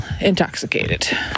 intoxicated